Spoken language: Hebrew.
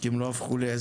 כי הם לא הפכו ליזמים.